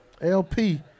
LP